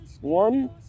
one